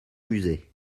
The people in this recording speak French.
musée